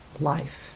life